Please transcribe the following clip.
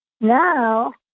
now